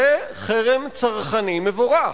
זה חרם צרכני מבורך.